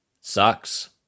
sucks